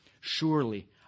surely